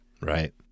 Right